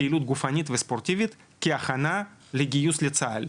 פעילות גופנית וספורטיבית כהכנה לגיוס לצה"ל,